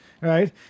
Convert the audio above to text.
right